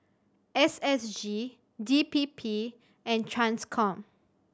S S G D P P and Transcom